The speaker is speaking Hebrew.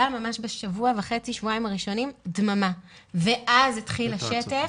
בשבועיים הראשונים הייתה דממה, ואז התחיל השטף,